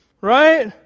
right